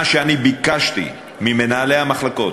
מה שאני ביקשתי ממנהלי המחלקות: